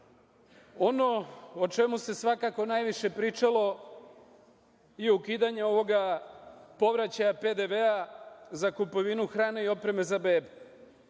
o čemu se svakako najviše pričalo je ukidanje ovoga povraćaja PDV-a za kupovinu hrane i opreme za bebe.